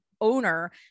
owner